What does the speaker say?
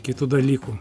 kitų dalykų